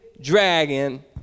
dragon